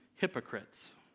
hypocrites